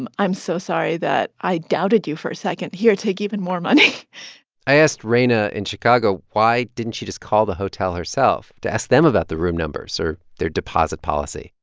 i'm i'm so sorry that i doubted you for a second. here, take even more money i asked reina in chicago, why didn't she just call the hotel herself to ask them about the room numbers or their deposit policy?